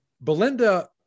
Belinda